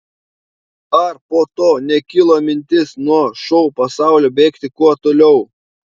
ar po to nekilo mintis nuo šou pasaulio bėgti kuo toliau